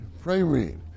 pray-read